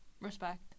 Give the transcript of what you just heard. Respect